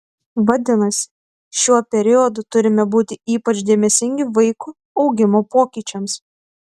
vadinasi šiuo periodu turime būti ypač dėmesingi vaiko augimo pokyčiams